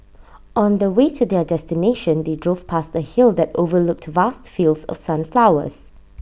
on the way to their destination they drove past A hill that overlooked vast fields of sunflowers